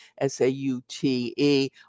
S-A-U-T-E